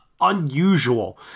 unusual